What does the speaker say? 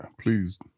Please